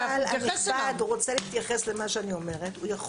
ואנחנו נתייחס אליו.